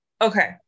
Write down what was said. Okay